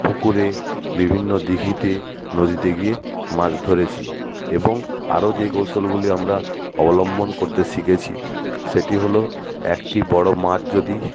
পুকুরে বিভিন্ন দিঘিতে নদীতে গিয়ে মাছ ধরেছি এবং আরও যে কৌশলগুলি আমরা অবলম্বন করতে শিখেছি সেটি হলো একটি বড়ো মাছ যদি